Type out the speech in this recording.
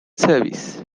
service